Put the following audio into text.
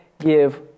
give